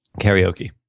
karaoke